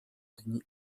dni